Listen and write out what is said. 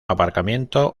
aparcamiento